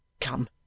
Come